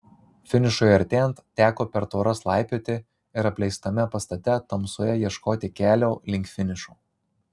finišui artėjant teko per tvoras laipioti ir apleistame pastate tamsoje ieškoti kelio link finišo